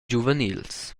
giuvenils